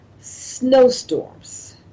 snowstorms